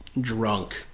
drunk